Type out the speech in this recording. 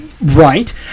Right